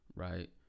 Right